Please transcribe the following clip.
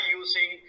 using